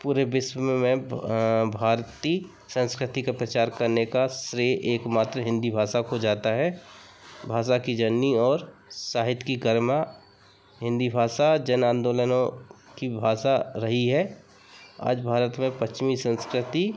पूरे विश्व में मैं भारतीय संस्कृति का प्रचार करने का श्रय एकमात्र हिन्दी भाषा को जाता है भाषा की जननी और साहित्य की कर्मा हिन्दी भाषा जन आंदोलनों की भाषा रही है आज भारत में पश्चिमी संस्कृति